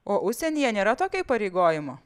o užsienyje nėra tokio įpareigojimo